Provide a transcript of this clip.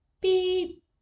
beep